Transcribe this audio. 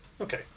Okay